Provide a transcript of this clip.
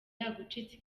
yagucitse